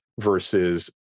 versus